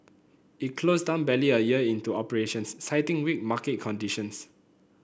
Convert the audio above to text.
it closed down barely a year into operations citing weak market conditions